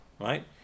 right